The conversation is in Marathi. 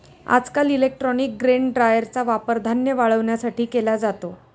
आजकाल इलेक्ट्रॉनिक ग्रेन ड्रायरचा वापर धान्य वाळवण्यासाठी केला जातो